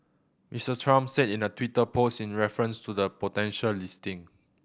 Mister Trump said in the Twitter post in reference to the potential listing